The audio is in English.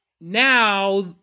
now